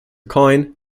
coin